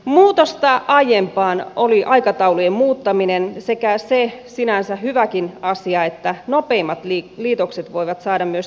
muutosta aiempaan oli aikataulujen muuttaminen sekä se sinänsä hyväkin asia että nopeimmat liitokset voivat saada myös taloudellista tukea